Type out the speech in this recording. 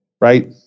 right